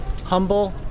humble